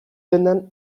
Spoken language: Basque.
dendan